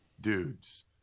dudes